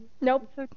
Nope